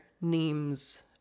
names